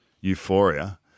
euphoria